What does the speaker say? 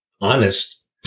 honest